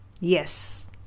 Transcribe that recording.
Yes